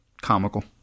comical